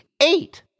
eight